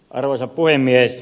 arvoisa puhemies